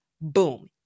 Boom